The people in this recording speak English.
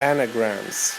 anagrams